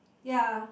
ya